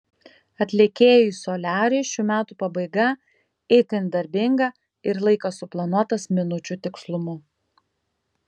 atlikėjui soliariui šių metų pabaiga itin darbinga ir laikas suplanuotas minučių tikslumu